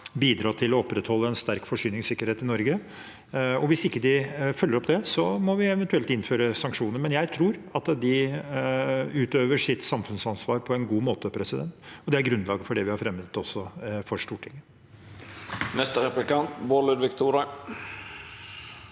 bidra til å opprettholde en sterk forsyningssikkerhet i Norge. Hvis de ikke følger opp det, må vi eventuelt innføre sanksjoner, men jeg tror at de utøver sitt samfunnsansvar på en god måte. Det er grunnlaget for det vi har fremmet for Stortinget.